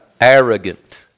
Arrogant